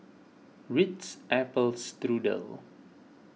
Ritz Apple Strudel